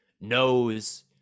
knows